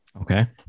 Okay